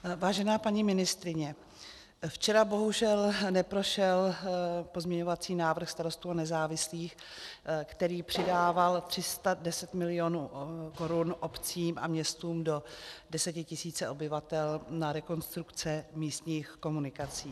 Vážená paní ministryně, včera bohužel neprošel pozměňovací návrh Starostů a nezávislých, který přidával 310 milionů korun obcím a městům do 10 tisíc obyvatel na rekonstrukce místních komunikací.